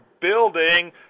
building